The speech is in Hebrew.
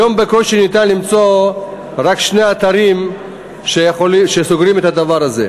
כיום ניתן למצוא בקושי רק שני אתרים שסוגרים את הדבר הזה.